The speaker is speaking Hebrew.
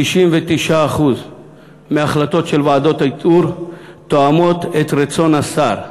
99% מההחלטות של ועדות האיתור תואמות את רצון השר,